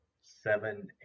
seven